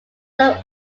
some